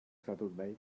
saturday